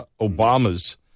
Obama's